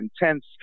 intense